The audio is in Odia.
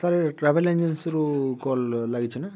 ସାର୍ ଟ୍ରାଭେଲ୍ ଏଜେନ୍ସିରୁ କଲ୍ ଲାଗିଛି ନା